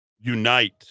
unite